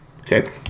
okay